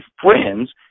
friends